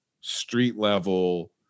street-level